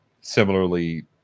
similarly